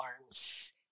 arms